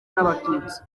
n’abatutsi